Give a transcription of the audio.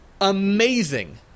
amazing